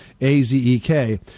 A-Z-E-K